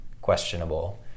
questionable